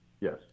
Yes